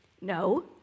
No